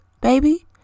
baby